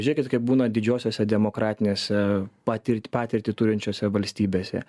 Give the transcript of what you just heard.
žiūrėkit kaip būna didžiosiose demokratinėse patir patirtį turinčiose valstybėse